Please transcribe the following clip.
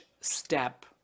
step